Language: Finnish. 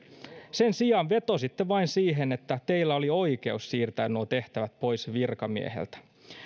sen sijaan vetositte vain siihen että teillä oli oikeus siirtää nuo tehtävät pois virkamieheltä